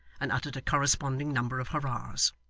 and uttered a corresponding number of hurrahs.